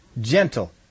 gentle